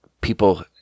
people